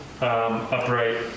upright